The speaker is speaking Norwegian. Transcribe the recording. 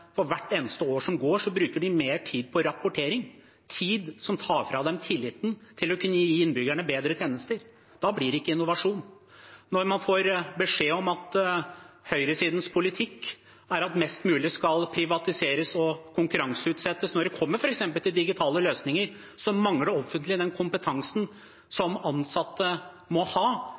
for hvert eneste år som går, bruker mer tid på rapportering, tid som tar fra dem tilliten til å kunne gi innbyggerne bedre tjenester. Da blir det ikke innovasjon. Når man får beskjed om at høyresidens politikk er at mest mulig skal privatiseres og konkurranseutsettes når det f.eks. gjelder digitale løsninger, mangler det offentlige den kompetansen ansatte i offentlig sektor må ha